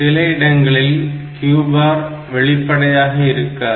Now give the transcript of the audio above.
சில இடங்களில் Q bar வெளிப்படையாக இருக்காது